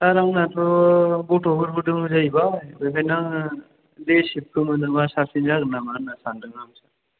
सार आंनाथ' गथफोरबो दं जाहैबाय बेखायनो आङो बे सितखौ मोनोबा साबसिन जागोन नामा होनना सानदों आं सार